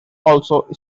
also